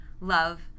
Love